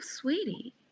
sweetie